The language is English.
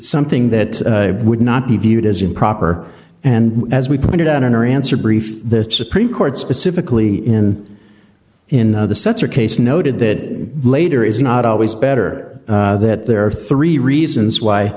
something that would not be viewed as improper and as we pointed out in our answer brief the supreme court specifically in in the sensor case noted that later is not always better that there are three reasons why